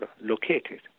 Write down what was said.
located